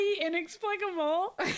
inexplicable